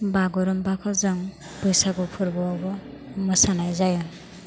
बागुरुम्बाखौ जों बैसागु फोरबोआवबो मोसानाय जायो